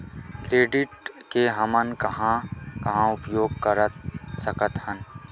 Credit के हमन कहां कहा उपयोग कर सकत हन?